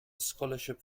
scholarship